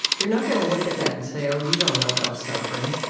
you're not going to look at that and say, oh, you don't know about suffering.